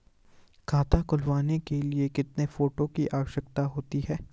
खाता खुलवाने के लिए कितने फोटो की आवश्यकता होती है?